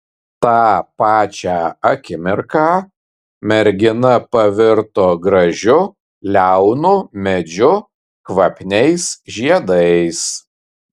tą pačią akimirka mergina pavirto gražiu liaunu medžiu kvapniais žiedais